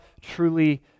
truly